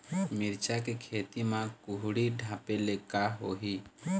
मिरचा के खेती म कुहड़ी ढापे ले का होही?